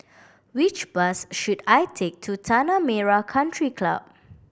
which bus should I take to Tanah Merah Country Club